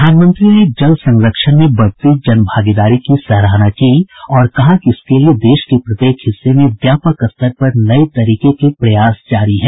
प्रधानमंत्री ने जल संरक्षण में बढ़ती जन भागीदारी की सराहना की और कहा कि इसके लिए देश के प्रत्येक हिस्से में व्यापक स्तर पर नए तरीके के प्रयास जारी हैं